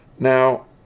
Now